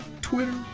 Twitter